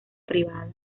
privada